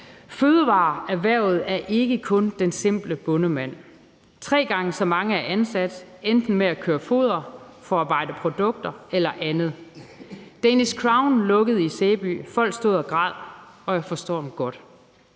Fødevareerhvervet er ikke kun den simple bondemand. Tre gange så mange er ansat enten med at køre foder, forarbejde produkter eller andet. Danish Crown lukkede i Sæby. Folk stod og græd, og jeg forstår dem godt.